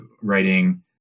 writing